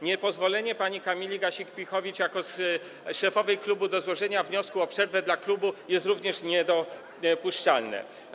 Niepozwolenie pani Kamili Gasiuk-Pihowicz jako szefowej klubu na złożenie wniosku o przerwę dla klubu jest również niedopuszczalne.